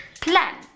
plan